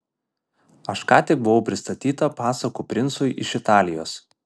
aš ką tik buvau pristatyta pasakų princui iš italijos